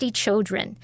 children